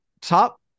Top